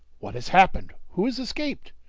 what has happened? who has escaped?